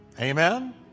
Amen